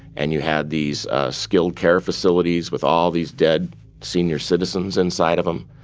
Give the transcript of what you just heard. and you had these skilled care facilities with all these dead senior citizens inside of them.